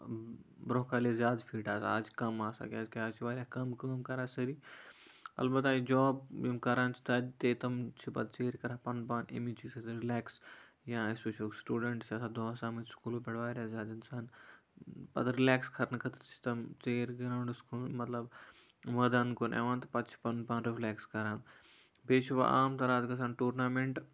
برونہہ کالہِ ٲسۍ زیادٕ فِٹ آسان آز چھِ کَم آسان کیازِ کہِ آز چھِ کَم کٲم کران سٲری اَلبتہ یہِ جاب یِم کران چھِ تَتہِ تہِ تِم چھِ پَتہٕ ژیٖر کران پنُن پان امی چیٖز سۭتۍ رِلیکٔس یا سُہ چھُ سٔٹوڈَنٹس چھ آسان دۄہَس آمٕتۍ سٔکوٗلَو پٮ۪ٹھ واریاہ زیادٕ اِنسان پَتہٕ رِلیکٔس کرنہٕ خٲطرٕ چھِ تِم ژیٖرۍ گروانڈَس کن مطلب مٲدانَن کُن یِوان تہٕ پَتہٕ چھِ پَنُن پان رِلیکٔس کران بیٚیہِ چھُ وۄنۍ عام طور گژھان آز ٹورنامینٹ